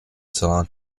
celá